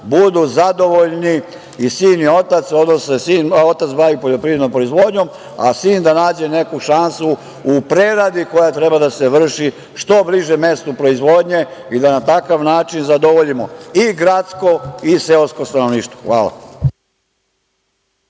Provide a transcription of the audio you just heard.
budu zadovoljni i sin i otac, odnosno da se otac bavi poljoprivrednom proizvodnjom, a sin da nađe neku šansu u preradi koja treba da se vrši što bliže mestu proizvodnje i dana takav način zadovoljimo i gradsko i seosko stanovništvo. Hvala.